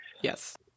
Yes